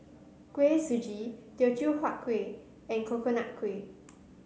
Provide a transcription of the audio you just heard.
Kuih Suji Teochew Huat Kuih and Coconut Kuih